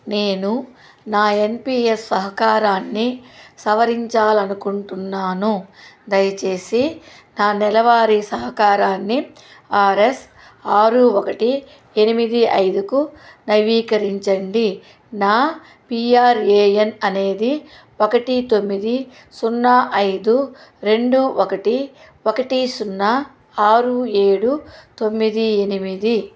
నేను నా N P S సహకారాన్ని సవరించాలి అనుకుంటున్నాను దయచేసి నా నెలవారి సహకారాన్ని ఆర్ ఎస్ ఆరు ఒకటి ఎనిమిది ఐదుకు నవీకరించండి నా పీ ఆర్ ఏ ఎన్ అనేది ఒకటి తొమ్మిది సున్నా ఐదు రెండు ఒకటి ఒకటి సున్నా ఆరు ఏడు తొమ్మిది ఎనిమిది